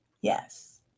yes